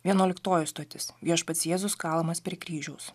vienuoliktoji stotis viešpats jėzus kalamas prie kryžiaus